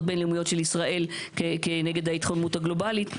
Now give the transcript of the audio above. בין לאומיות של ישראל נגד ההתחממות הגלובלית.